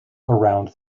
around